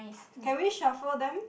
can we shuffle them